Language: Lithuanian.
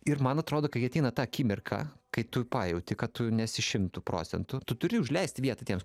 ir man atrodo kai ateina ta akimirka kai tu pajauti kad tu nesi šimtu procentų tu turi užleisti vietą tiems